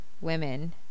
women